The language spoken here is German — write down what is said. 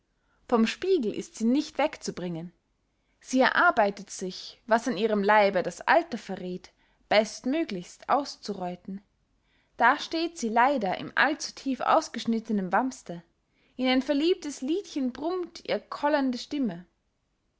vom spiegel ist sie nicht wegzubringen sie erarbeitet sich was an ihrem leibe das alter verräth bestmöglichst auszureuten da steht sie leider im allzutief ausgeschnittenen wamste in ein verliebtes liedchen brummt ihr kollernde stimme